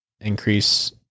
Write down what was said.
increase